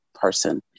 person